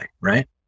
right